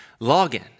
login